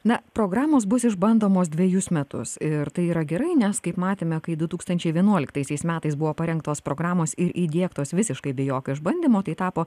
na programos bus išbandomos dvejus metus ir tai yra gerai nes kaip matėme kai du tūkstančiai vienuoliktaisiais metais buvo parengtos programos ir įdiegtos visiškai be jokio išbandymo tai tapo